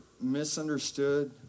misunderstood